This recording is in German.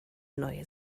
neue